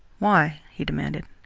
why? he demanded.